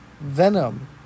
Venom